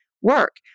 work